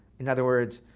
in other words,